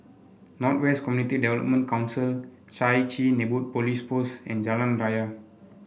North West Community Development Council Chai Chee Neighbourhood Police Post and Jalan Raya